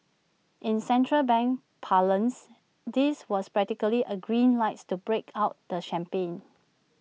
in central bank parlance this was practically A green lights to break out the champagne